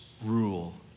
rule